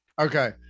Okay